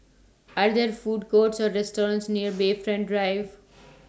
Are There Food Courts Or restaurants near Bayfront Drive